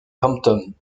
hampton